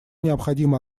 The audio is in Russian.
необходимо